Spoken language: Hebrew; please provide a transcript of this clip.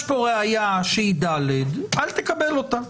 יש פה ראיה שהיא דל"ת, אל תקבל אותה.